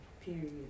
Period